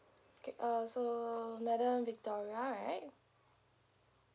okay uh so madam victoria right